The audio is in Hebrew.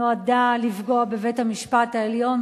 נועדה לפגוע בבית-המשפט העליון,